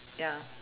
ya